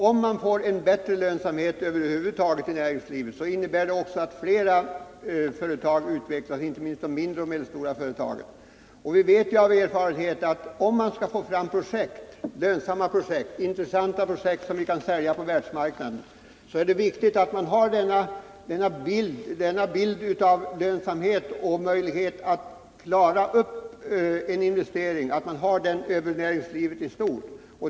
Om man får en bättre lönsamhet över huvud taget i näringslivet, innebär det att flera företag utvecklas, inte minst mindre och medelstora företag. Vi vet av erfarenhet att för att få fram lönsamma och intressanta projekt, som kan säljas på världsmarknaden, är det viktigt att människorna har en positiv bild av lönsamheten och möjligheterna att klara upp en investering inom näringslivet i stort.